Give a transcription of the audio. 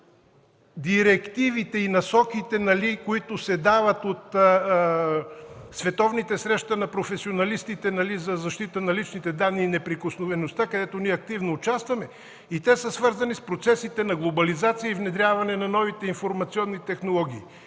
директивите и насоките, които се дават при световните срещи на професионалистите за защита на личните данни и неприкосновеността им, където активно участваме. Те са свързани с процесите на глобализация и внедряването на новите информационни технологии.